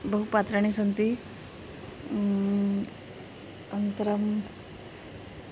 बहु पात्राणि सन्ति अनन्तरम्